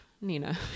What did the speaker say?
Nina